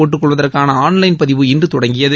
போட்டுக்கொள்வதற்கான online பதிவு இன்று தொடங்கியது